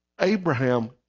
Abraham